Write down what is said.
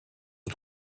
het